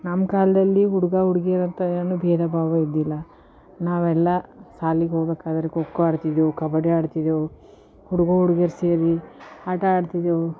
ನಮ್ಮ ಕಾಲದಲ್ಲಿ ಹುಡುಗ ಹುಡುಗಿಯಂತ ಏನು ಭೇದಭಾವ ಇದ್ದಿಲ್ಲ ನಾವೆಲ್ಲ ಶಾಲೆಗೆ ಹೋಗಬೇಕಾದ್ರೆ ಖೋ ಖೋ ಆಡ್ತಿದ್ದೆವು ಕಬಡ್ಡಿ ಆಡ್ತಿದ್ದೆವು ಹುಡುಗ ಹುಡುಗಿಯರು ಸೇರಿ ಆಟ ಆಡ್ತಿದ್ದೆವು